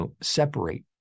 separate